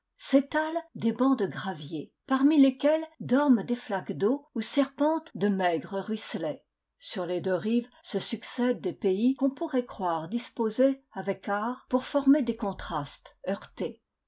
s'étalent des bancs de gravier parmi lesquels dorment des flaques d'eau ou serpentent de maigres ruisselets sur les deux rives se succèdent des pays qu'on pourrait croire disposés avec art pour former des contrastes heurtés